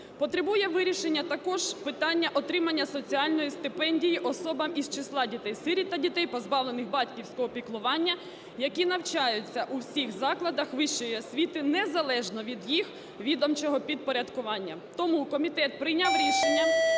Потребує вирішення також питання отримання соціальної стипендії особам із числа дітей-сиріт та дітей, позбавлених батьківського піклування, які навчаються у всіх закладах вищої освіти незалежно від їх відомчого підпорядкування. Тому комітет прийняв рішення